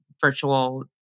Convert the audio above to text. virtual